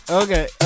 okay